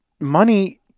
money